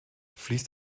fließt